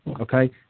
okay